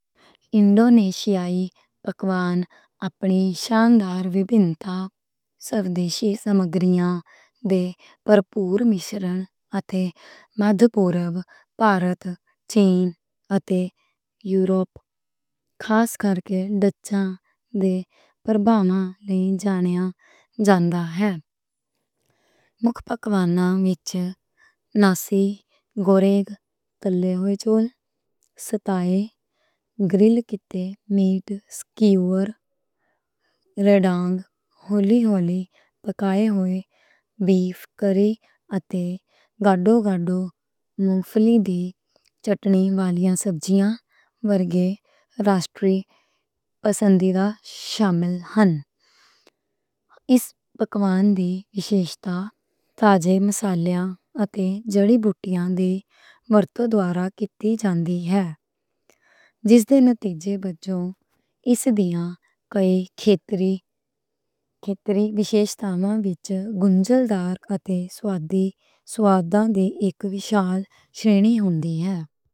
انڈونیشیائی پکوان اپنی شاندار وِبھِنتا سوَدیسی سمگریاں دے پورے پور مِشرن اتے مدھ پورب، بھارت، چین اتے یوروپ، خاص کرکے ڈچّاں دے پرابھاو لئی جانیا جاندا ہے۔ مکھ پکواناں وچ ناسی، گورینگ، تلّے ہوئے چاول، ستائے، گِرل کیے مِیٹ سکیور، رینڈانگ، ہولے ہولے پکائے ہوئے مِیٹ، کری اتے گاڈو گاڈو مونگ پھلی دی چٹنی والیاں سبزیاں ورگے راشٹریہ پسندیدہ شامل ہن۔ اس پکوان دی ویشیشتا، تازہ مصالحیاں اتے جڑی-بوٹیاں دی ورتوں دوارا کِیتی جان دی ہے۔ جس نتیجے وِچّوں اس دیاں کئی کھیتری ویشیشتاواں وِچ گنجل دار اتے سوادّاں دی اِک وِشال شِرینی ہندی ہے۔